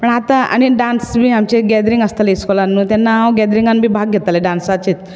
पण आतां आनी आन डांस बी आमचें गेदरींग आसतालें स्कॉलान न्हू तेन्ना हांव गेदरिंगांत बी भाग घेतालें डांसाचेंच